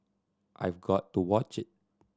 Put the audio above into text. I've got to watch it